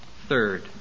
Third